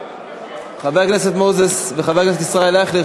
חבר הכנסת מוזס וחבר הכנסת ישראל אייכלר,